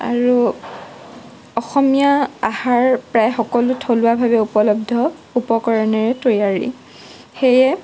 আৰু অসমীয়া আহাৰ প্ৰায় সকলো থলুৱাভাৱে উপলব্ধ উপকৰণেৰে তৈয়াৰী সেয়ে